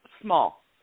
small